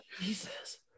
Jesus